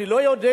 אני לא יודע,